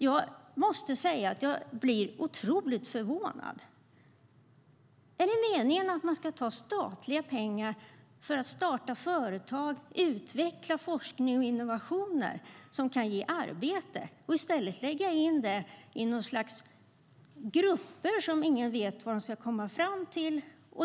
Jag måste säga att jag blir otroligt förvånad. Är det meningen att man ska ta statliga pengar avsedda för att starta företag och utveckla forskning och innovationer som kan ge arbete och i stället lägga in dem i någon sorts grupper som ingen vet vad de ska komma fram till?